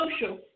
social